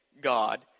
God